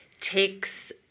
takes